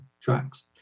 tracks